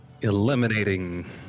eliminating